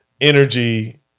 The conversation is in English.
energy